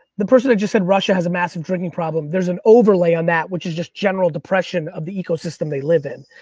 the person that just said russia has a massive drinking problem, there's an overlay on that, which is just general depression of the ecosystem they live in.